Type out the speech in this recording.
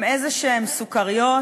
הם איזשהן סוכריות